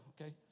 Okay